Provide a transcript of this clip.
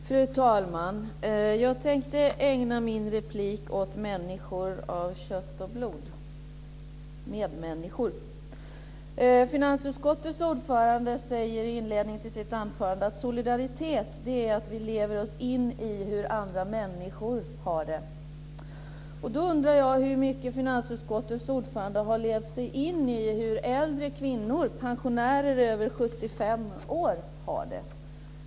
Fru talman! Jag tänkte ägna min replik åt människor av kött och blod, medmänniskor. Finansutskottets ordförande säger i inledningen av sitt anförande att solidaritet innebär att vi lever oss in i hur andra människor har det. Då undrar jag hur mycket finansutskottets ordförande har levt sig in i hur äldre kvinnor, pensionärer över 75 år, har det.